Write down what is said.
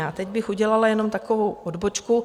A teď bych udělala jenom takovou odbočku.